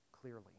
clearly